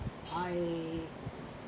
I